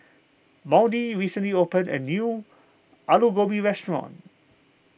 Maudie recently opened a new Alu Gobi restaurant